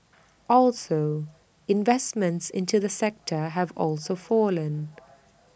also investments into the sector have also fallen